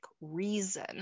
reason